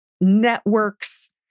networks